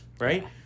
right